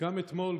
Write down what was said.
גם אתמול,